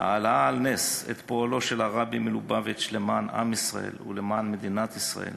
העלאה על נס את פועלו של הרבי מלובביץ' למען עם ישראל ולמען מדינת ישראל